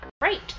great